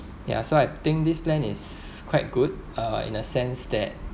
ya so I think this plan is quite good uh in a sense that